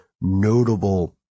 notable